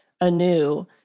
anew